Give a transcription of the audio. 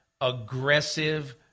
aggressive